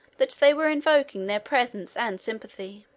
that they were invoking their presence and sympathy.